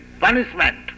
punishment